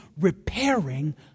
repairing